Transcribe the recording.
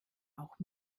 auch